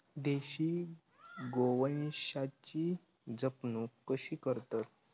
देशी गोवंशाची जपणूक कशी करतत?